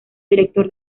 director